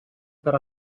per